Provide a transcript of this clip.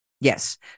Yes